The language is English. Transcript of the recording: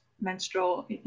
menstrual